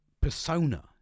persona